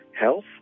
health